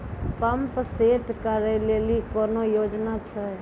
Pump set केलेली कोनो योजना छ?